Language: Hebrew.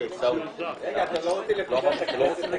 רגע, אתם לא רוצים לפזר את הכנסת?